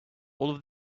all